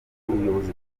ubuyobozi